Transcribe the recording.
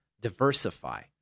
diversify